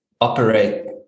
operate